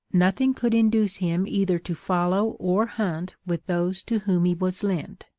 nothing could induce him either to follow or hunt with those to whom he was lent.